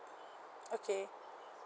okay